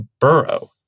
burrow